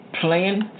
Playing